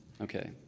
okay